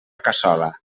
cassola